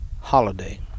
holiday